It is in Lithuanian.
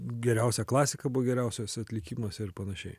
geriausia klasika buvo geriausiuose atlikimuose ir panašiai